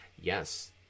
Yes